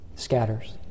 Scatters